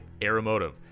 Aeromotive